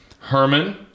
herman